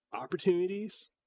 opportunities